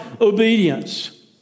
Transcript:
obedience